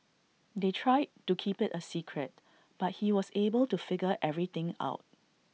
they tried to keep IT A secret but he was able to figure everything out